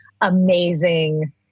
amazing